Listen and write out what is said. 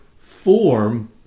form